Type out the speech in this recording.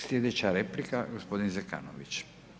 Sljedeća replika gospodin Zekanović.